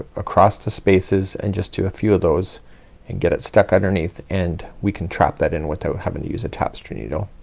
across the spaces and just do a few of those and get it stuck underneath and we can trap that in without having to use a tapestry needle.